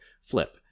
flip